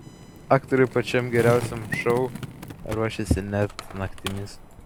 aktoriai pačiam geriausiam šou ruošėsi net naktimis